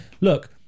look